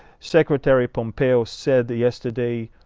secretary pompeo said yesterday,